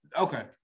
Okay